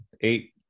eight